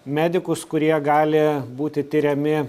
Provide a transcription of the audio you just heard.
medikus kurie gali būti tiriami